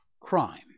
crime